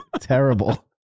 terrible